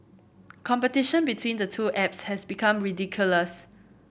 competition between the two apps has become ridiculous